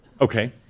Okay